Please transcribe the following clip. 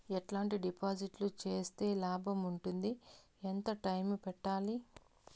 ఎట్లాంటి డిపాజిట్లు సేస్తే లాభం ఉంటుంది? ఎంత టైము పెట్టాలి?